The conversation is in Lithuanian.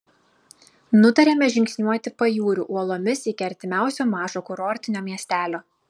nutarėme žingsniuoti pajūriu uolomis iki artimiausio mažo kurortinio miestelio